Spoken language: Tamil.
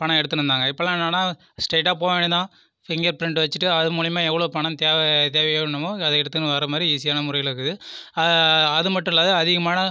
பணம் எடுத்துன்னு இருந்தாங்க இப்போலாம் என்னென்னா ஸ்டைட்டாக போக வேண்டிய துதான் ஃபிங்கர் பிரிண்ட் வெச்சிட்டு அது மூலிமா எவ்வளோ பணம் தேவை தேவையோ என்னமோ அதை எடுத்துகின்னு வர மாதிரி ஈஸியான முறையில் இருக்குது அது மட்டும் இல்லாம அதிகமான